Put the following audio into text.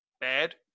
bad